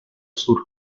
sur